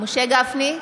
משה גפני,